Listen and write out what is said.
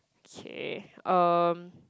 K um